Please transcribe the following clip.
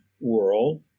world